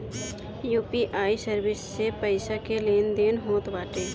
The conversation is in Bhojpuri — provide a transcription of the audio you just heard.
यू.पी.आई सर्विस से पईसा के लेन देन होत बाटे